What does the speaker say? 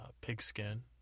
Pigskin